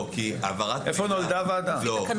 לפי תקנות הגנת הפרטיות (העברת מידע בין